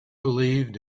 believed